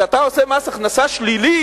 כשאתה עושה מס הכנסה שלילי,